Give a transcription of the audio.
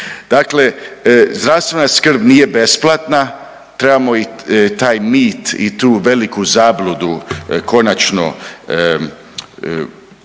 Dakle, zdravstvena skrb nije besplatna, trebamo taj mit i tu veliku zabludu konačno razotkriti,